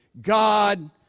God